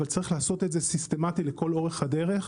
אבל צריך לעשות את זה סיסטמתי לכל אורך הדרך,